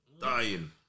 Dying